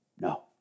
No